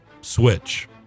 switch